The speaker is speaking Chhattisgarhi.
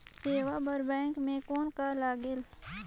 सेवा बर बैंक मे कौन का लगेल?